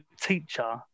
teacher